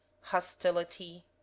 hostility